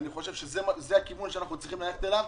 זה הכיוון שאנחנו צריכים ללכת אליו.